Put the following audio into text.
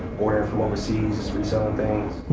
ordering from overseas, reselling things.